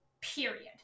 period